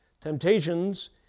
Temptations